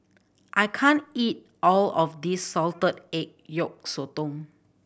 I can't eat all of this salted egg yolk sotong